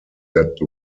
that